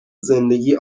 زندگی